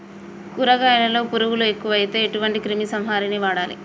కూరగాయలలో పురుగులు ఎక్కువైతే ఎటువంటి క్రిమి సంహారిణి వాడాలి?